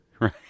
Right